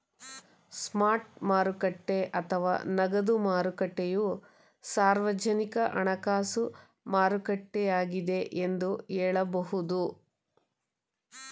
spot ಮಾರುಕಟ್ಟೆ ಅಥವಾ ನಗದು ಮಾರುಕಟ್ಟೆಯು ಸಾರ್ವಜನಿಕ ಹಣಕಾಸು ಮಾರುಕಟ್ಟೆಯಾಗಿದ್ದೆ ಎಂದು ಹೇಳಬಹುದು